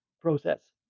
process